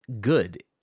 good